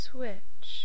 Switch